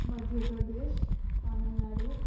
Madhya Pradesh Tamil Nadu